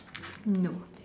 no